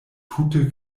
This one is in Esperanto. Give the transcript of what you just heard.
tute